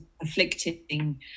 afflicting